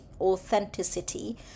authenticity